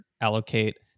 allocate